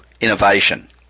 innovation